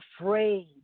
afraid